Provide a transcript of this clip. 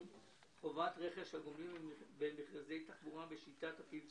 חובת רכש הגומלין במכרזי תחבורה בשיטת ה-פי.